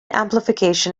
amplification